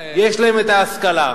יש להם ההשכלה,